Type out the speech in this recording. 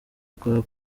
rwa